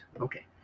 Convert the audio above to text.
Okay